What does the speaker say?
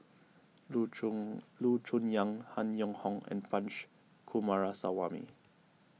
Loo Choon Yong Han Yong Hong and Punch Coomaraswamy